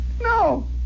No